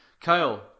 kyle